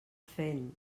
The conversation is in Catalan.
fent